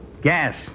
Gas